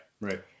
right